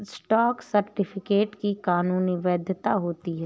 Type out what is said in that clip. stock certificate की कानूनी वैधता होती है